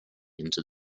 into